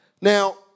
Now